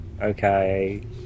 Okay